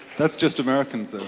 that's just americans,